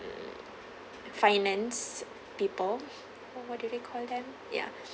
finance people oh what do they call them ya